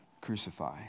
crucify